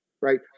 right